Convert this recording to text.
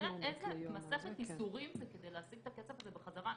אתה יודע איזו מסכת ייסורים עוברים כדי להשיג את הכסף הזה בחזרה,